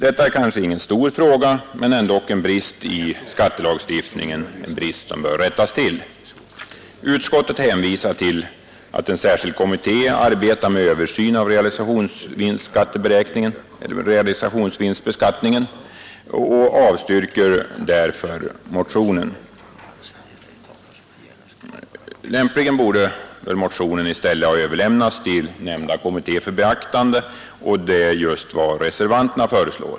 Detta är kanske ingen stor fråga, men ändå en brist i skattelagstiftningen, som bör rättas till. Utskottet hänvisar till att en särskild kommitté arbetar med översyn av realisationsvinstbeskattningen och avstyrker därför motionen. Lämpligen borde motionen i stället överlämnas till nämnda kommitté för beaktande, vilket reservanterna föreslår.